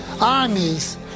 armies